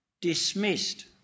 dismissed